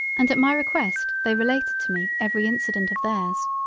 and at my request they related to me every incident of theirs.